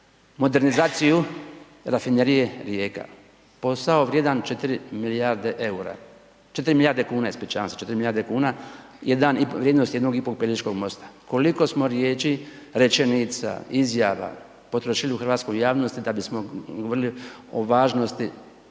modernizaciju rafinerije Rijeka, posao vrijedan 4 milijarde kuna, vrijednost 1,5 Pelješkog mosta. Koliko smo riječi, rečenica, izjava potrošili hrvatskoj javnosti da bismo govorili o važnosti,